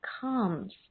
comes